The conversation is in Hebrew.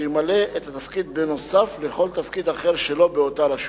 שימלא את התפקיד נוסף על כל תפקיד אחר שלו באותה רשות.